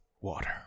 Water